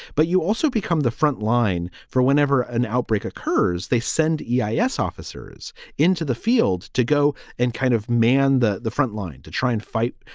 but you also become the front line for whenever an outbreak occurs, they send e ah s. officers into the field to go and kind of man the the frontline to try and fight,